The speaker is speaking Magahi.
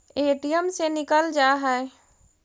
ए.टी.एम से निकल जा है?